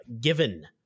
given